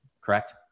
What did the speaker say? Correct